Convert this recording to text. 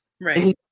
right